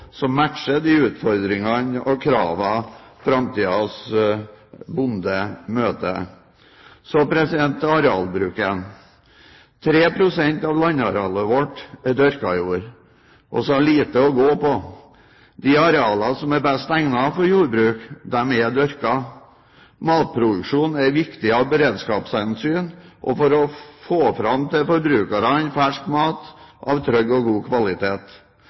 som matcher de utfordringene og kravene framtidens bonde møter. Så til arealbruken. 3 pst. av landarealet vårt er dyrkajord. Vi har lite å gå på. De arealene som er best egnet for jordbruk, er dyrket. Matproduksjon er viktig av beredskapshensyn og for å få fram til forbrukerne fersk mat av trygg og god kvalitet.